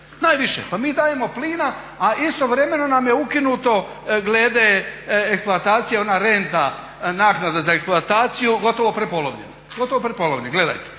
najviše. Pa mi dajemo plina, a istovremeno nam je ukinuto glede eksploatacije ona renta, naknada za eksploataciju gotovo prepolovljena.